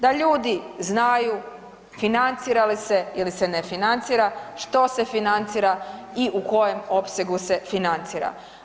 Da ljudi znaju financira li se ili se ne financira, što se financira i u kojem opsegu se financira.